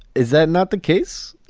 is that not the case?